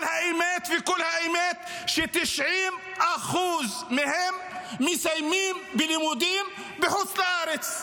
אבל האמת וכל האמת היא ש-90% מהם מסיימים לימודים בחוץ לארץ.